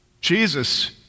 Jesus